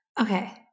Okay